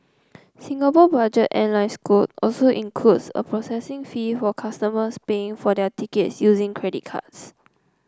Singapore budget airline Scoot also includes a processing fee for customers paying for their tickets using credit cards